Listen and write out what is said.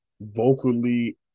vocally